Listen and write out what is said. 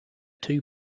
two